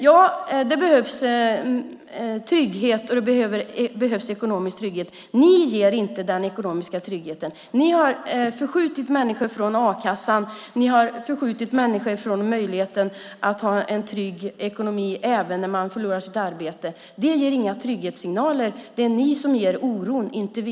Ja, det behövs ekonomisk trygghet. Ni ger inte det. Ni har förskjutit människor från a-kassan och från möjligheten att ha en trygg ekonomi även när man förlorar sitt arbete. Det ger inga trygghetssignaler. Det är ni som skapar oro, inte vi.